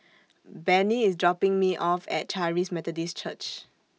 Benny IS dropping Me off At Charis Methodist Church